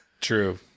True